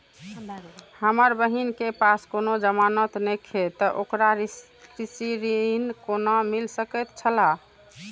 हमर बहिन के पास कोनो जमानत नेखे ते ओकरा कृषि ऋण कोना मिल सकेत छला?